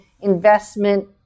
investment